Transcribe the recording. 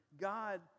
God